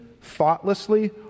thoughtlessly